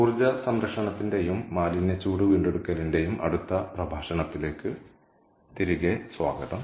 ഊർജ സംരക്ഷണത്തിന്റെയും മാലിന്യ ചൂട് വീണ്ടെടുക്കലിന്റെയും അടുത്ത പ്രഭാഷണത്തിലേക്ക് തിരികെ സ്വാഗതം